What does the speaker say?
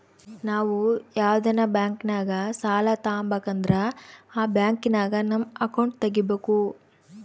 ನಾವು ಯಾವ್ದನ ಬ್ಯಾಂಕಿನಾಗ ಸಾಲ ತಾಬಕಂದ್ರ ಆ ಬ್ಯಾಂಕಿನಾಗ ನಮ್ ಅಕೌಂಟ್ ತಗಿಬಕು